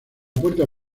puerta